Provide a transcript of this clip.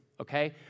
okay